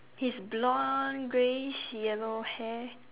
his blond greyish yellow hair